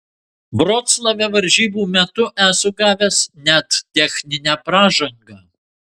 vroclave varžybų metu esu gavęs net techninę pražangą